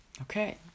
Okay